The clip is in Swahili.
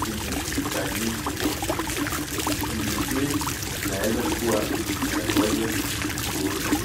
imekusanyikwa. Ndizi hii inaezakuwa inangoja kuuzwa